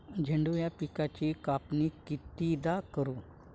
झेंडू या पिकाची कापनी कितीदा करू?